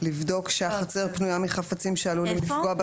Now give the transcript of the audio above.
לבדוק שהחצר פנויה מחפצים שעלולים לפגוע בתרנגולת.